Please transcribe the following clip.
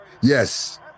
Yes